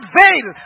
veil